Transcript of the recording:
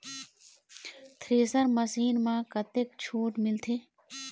Thresher machine म कतक छूट मिलथे?